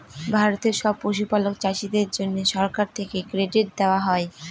ভারতের সব পশুপালক চাষীদের জন্যে সরকার থেকে ক্রেডিট দেওয়া হয়